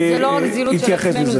זו לא רק זילות של עצמנו,